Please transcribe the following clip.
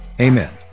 Amen